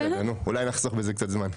בסדר, אולי נחסוך קצת זמן.